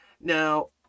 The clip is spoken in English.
Now